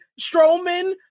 Strowman